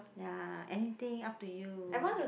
ya anything up to you